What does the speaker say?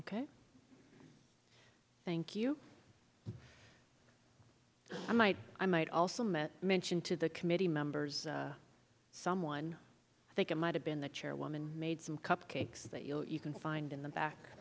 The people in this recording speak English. ok thank you i might i might also met mention to the committee members someone i think it might have been the chairwoman made some cupcakes that you know you can find in the back